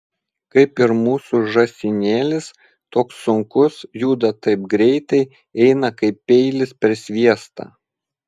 kaip ir mūsų žąsinėlis toks sunkus juda taip greitai eina kaip peilis per sviestą